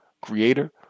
Creator